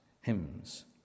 hymns